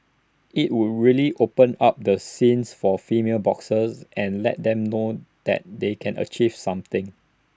IT would really open up the scenes for female boxers and let them know that they can achieve something